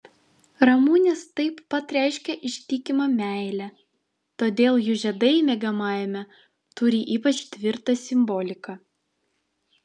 ramunės taip pat reiškia ištikimą meilę todėl jų žiedai miegamajame turi ypač tvirtą simboliką